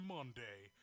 Monday